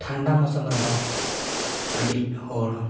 ᱴᱷᱟᱱᱰᱟ ᱢᱳᱥᱳᱢ ᱨᱮᱫᱚ ᱟᱹᱰᱤ ᱦᱚᱲ